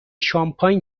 شامپاین